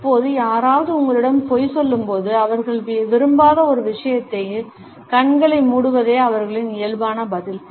இப்போது யாராவது உங்களிடம் பொய் சொல்லும்போது அவர்கள் விரும்பாத ஒரு விஷயத்திற்கு கண்களை மூடுவதே அவர்களின் இயல்பான பதில்